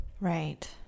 Right